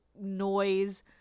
noise